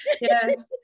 Yes